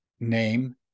name